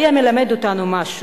היה מלמד אותנו משהו.